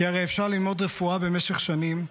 כי הרי אפשר ללמוד רפואה במשך שנים,